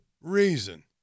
reason